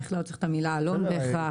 בכלל לא צריך את המילה "עלון" בהכרח.